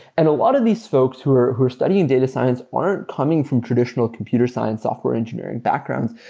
and a lot of these folks who are who are studying data science aren't coming from traditional computer science software engineering backgrounds,